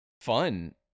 fun